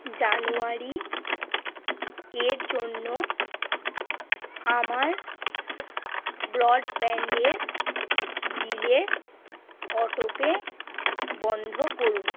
জানুয়ারি এর জন্য আমার ব্রডব্যান্ডের বিলের অটোপে বন্ধ করুন